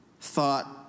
thought